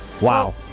Wow